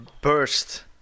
burst